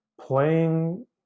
playing